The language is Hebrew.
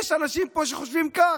יש אנשים פה שחושבים כך.